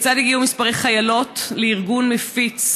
כיצד הגיעו מספרי החיילות לארגון המפיץ,